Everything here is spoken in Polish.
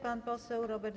Pan poseł Robert